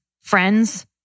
friends